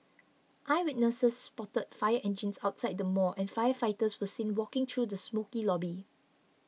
eyewitnesses spotted fire engines outside the mall and firefighters were seen walking through the smokey lobby